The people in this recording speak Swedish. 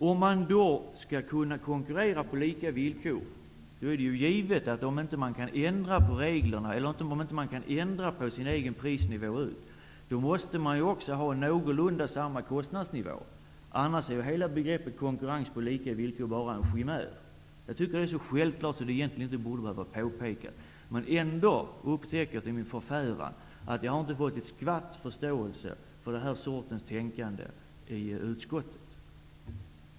Om bonden inte kan ändra på sin egen prisnivå måste han för att kunna konkurrera på lika villkor ha någorlunda likartad kostnadsnivå som sina konkurrenter. Annars är talet om konkurrens på lika villkor bara en chimär. Det är så självklart att det egentligen inte skulle behövas påpekas, men jag har till min förfäran upptäckt att jag inte har fått den minsta förståelse för denna typ av tänkande i utskottet.